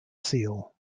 seal